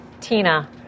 Tina